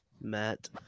Matt